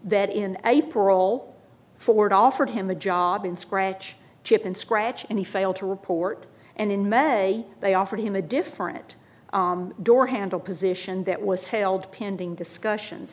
that in a parole ford offered him a job in scratch chip and scratch and he failed to report and in may they offered him a different door handle position that was held pending discussions